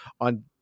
on